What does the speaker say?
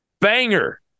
banger